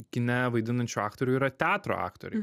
kine vaidinančių aktorių yra teatro aktoriai